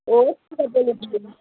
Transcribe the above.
অঁ